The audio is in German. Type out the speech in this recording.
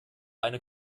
eine